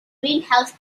greenhouse